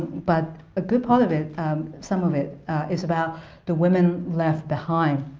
but a good part of it some of it is about the women left behind.